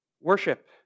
Worship